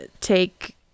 take